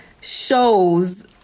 shows